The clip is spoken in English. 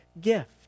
gift